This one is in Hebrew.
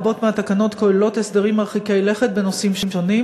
רבות מהתקנות כוללות הסברים מרחיקי לכת בנושאים שונים,